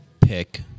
pick